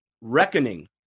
reckoning